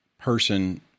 person